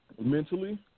Mentally